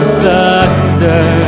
thunder